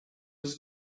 was